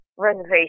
Reservation